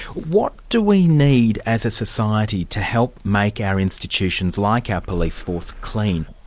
what do we need as a society to help make our institutions like our police force clean?